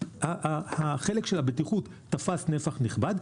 החלק של הבטיחות תפס נפח נכבד,